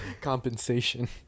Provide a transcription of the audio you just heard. compensation